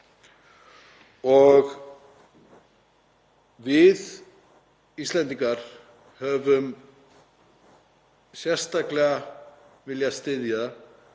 og við Íslendingar höfum sérstaklega viljað styðja